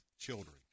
Children